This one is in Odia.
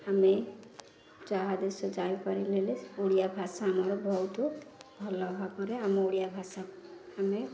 ଆମେ ଯାହା ଦେଶ ଯାଇପାରିଲେ ଓଡ଼ିଆ ଭାଷା ଆମର ବହୁତ ଭଲ ଭାବରେ ଆମ ଓଡ଼ିଆ ଭାଷା ଆମେ